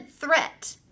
threat